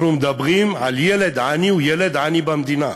אנחנו מדברים על, ילד עני הוא ילד עני במדינה,